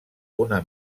una